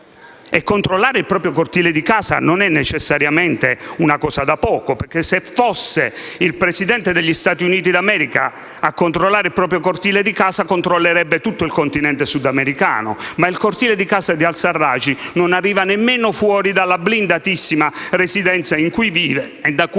E controllare il proprio cortile di casa non è necessariamente una cosa da poco, perché, se fosse il Presidente degli Stati Uniti d'America a controllare il proprio cortile di casa, controllerebbe tutto il continente sudamericano. Ma il cortile di casa di al-Serraj non arriva nemmeno fuori dalla blindatissima residenza in cui vive e da cui esce